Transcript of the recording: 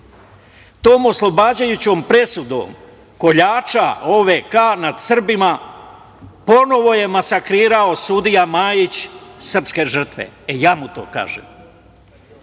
tom oslobađajućom presudom koljača OVK nad Srbima ponovo je masakrirao sudija Majić srpske žrtve. Ja mu to kažem